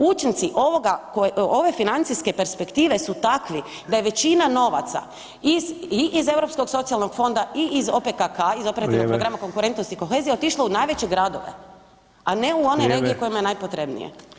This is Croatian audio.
Učinci ove financijske perspektive su takvi da većina novaca iz Europskog socijalnog fonda i iz OPKK [[Upadica Ante Sanader: Vrijeme.]] Operativnog programa Konkurentnost i kohezija otišlo u najveće gradove, a ne u one regije kojima je najpotrebnije.